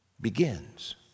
begins